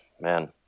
man